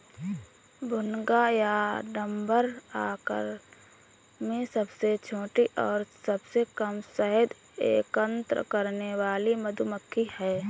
भुनगा या डम्भर आकार में सबसे छोटी और सबसे कम शहद एकत्र करने वाली मधुमक्खी है